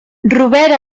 robert